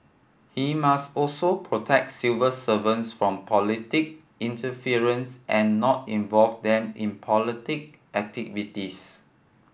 he must also protect civil servants from politic interference and not involve them in politic activities